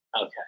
Okay